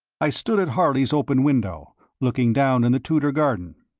i stood at harley's open window looking down in the tudor garden.